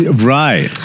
Right